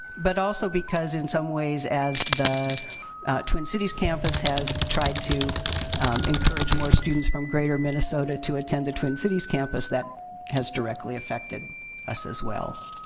but also because, in some ways, as the twin cities campus has tried to encourage more students from greater minnesota to attend the twin cities campus, that has directly affected us as well.